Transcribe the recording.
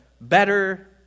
better